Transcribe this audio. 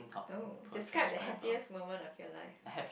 oh describe the happiest moment of your life